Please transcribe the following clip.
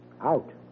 Out